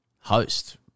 host